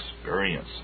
experience